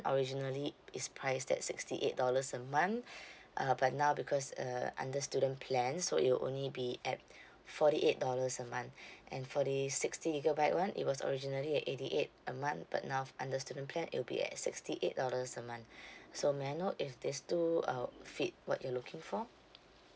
originally it's priced at sixty eight dollars a month uh but now because uh under student plan so it will only be at forty eight dollars a month and for the sixty gigabyte one it was originally at eighty eight a month but now under student plan it'll be at sixty eight dollars a month so may I know if these two um fit what you're looking for